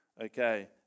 Okay